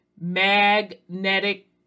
magnetic